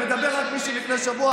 מבזים את הכנסת.